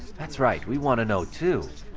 that's right! we want to know, too!